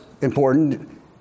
important